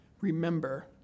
Remember